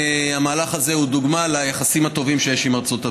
המהלך הזה הוא דוגמה ליחסים הטובים שיש עם ארצות הברית.